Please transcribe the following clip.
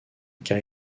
cas